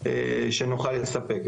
שנוכל לספק.